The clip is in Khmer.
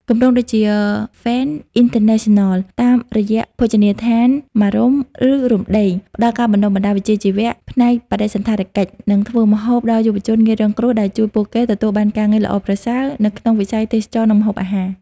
គម្រោងដូចជាហ្វេនស៍ អុីនធឺណេសិនណល តាមរយៈភោជនីយដ្ឋានមារុំឬរុំដេង ផ្តល់ការបណ្តុះបណ្តាលវិជ្ជាជីវៈផ្នែកបដិសណ្ឋារកិច្ច និងធ្វើម្ហូបដល់យុវជនងាយរងគ្រោះ ដែលជួយពួកគេទទួលបានការងារល្អប្រសើរ នៅក្នុងវិស័យទេសចរណ៍ និងម្ហូបអាហារ។